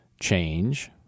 Change